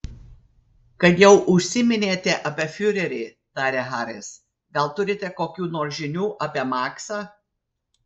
kad jau užsiminėte apie fiurerį tarė haris gal turite kokių nors žinių apie maksą